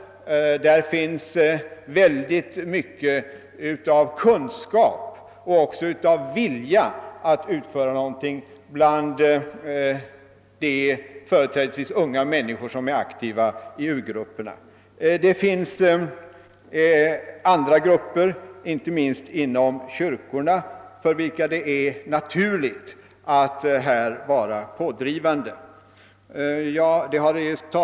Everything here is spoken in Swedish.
Bland de företrädesvis unga människor som är aktiva i u-grupperna finns mycket av kunskap och även av vilja att utföra någonting. Det finns andra grupper, inte minst inom kyrkorna, för vilka det är naturligt att vara pådrivande i dessa frågor.